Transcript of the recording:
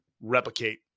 replicate